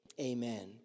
Amen